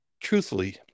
truthfully